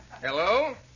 Hello